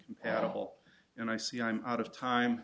compatible and i see i'm out of time